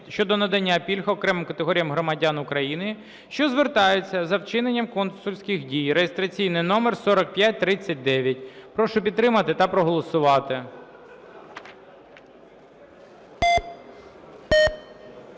щодо надання пільг окремим категоріям громадян України, що звертаються за вчиненням консульських дій (реєстраційний номер 4539). Прошу підтримати та проголосувати.